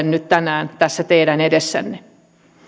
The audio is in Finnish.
nyt tänään tässä teidän edessänne